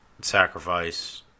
sacrifice